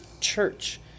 church